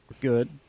Good